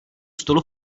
stolu